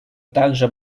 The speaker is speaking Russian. также